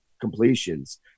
completions